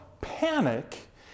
panic